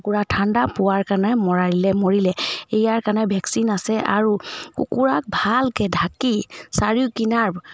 কুকুৰা ঠাণ্ডা পোৱাৰ কাৰণে মৰাইলে মৰিলে ইয়াৰ কাৰণে ভেকচিন আছে আৰু কুকুৰাক ভালকৈ ঢাকি চাৰিও কিনাৰ